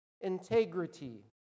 integrity